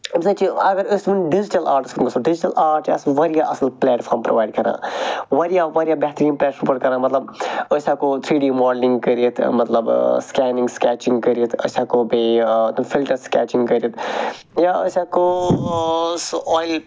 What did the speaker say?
امہِ سۭتۍ چھُ اگر أسۍ وُنۍ ڈِجٹل آرٹ وچھُو ڈِجٹل آرٹ چھُ اصٕل واریاہ اصٕل پلیٹفارم پرٛووایڈ کران واریاہ واریاہ بہتریٖن پلیٹفارم کران مطلب أسۍ ہیٚکو تھرٛی ڈی ماڈلِنٛگ کرتھ مطلب ٲں سکینِنٛگ سکیچنٛگ کرتھ أسۍ ہیٚکو بییٚہِ ٲں فلٹر سکیچنٛگ کرتھ یا أسۍ ہیٚکو سُہ اۄیل